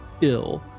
ill